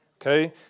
Okay